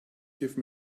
give